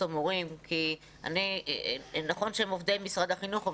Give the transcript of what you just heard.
המורים כי נכון שהם עובדי משרד החינוך,